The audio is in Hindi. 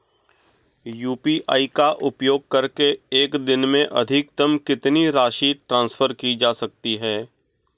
यू.पी.आई का उपयोग करके एक दिन में अधिकतम कितनी राशि ट्रांसफर की जा सकती है?